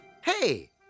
Hey